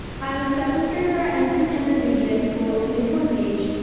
i'm a seventh grader at ensign intermediate school and newport beach,